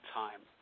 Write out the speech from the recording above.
time